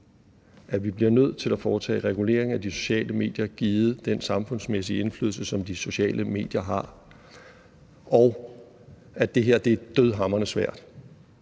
Vi bliver nødt til at foretage regulering af de sociale medier givet den samfundsmæssige indflydelse, som de sociale medier har. Det her er dødhamrende svært,